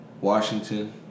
Washington